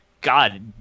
God